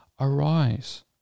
arise